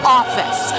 office